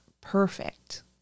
perfect